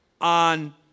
on